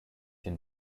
den